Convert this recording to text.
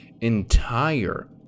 entire